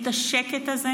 את השקט הזה,